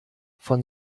von